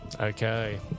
Okay